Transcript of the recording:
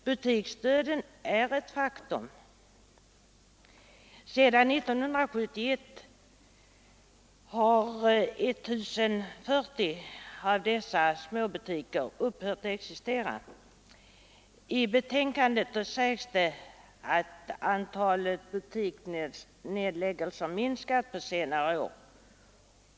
Butiksdöden är ett faktum. Sedan 1971 har 1 040 småbutiker upphört att existera. I betänkandet sägs att antalet butiksnedläggelser minskat under senare år.